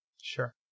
Sure